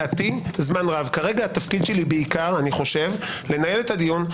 כרגע תפקידי בעיקר לנהל את הדיון,